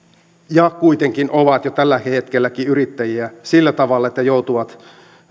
ja kuitenkin he ovat jo tälläkin hetkellä yrittäjiä sillä tavalla että joutuvat